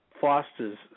fosters